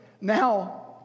now